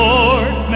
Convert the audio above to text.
Lord